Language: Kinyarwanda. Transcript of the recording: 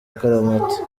akaramata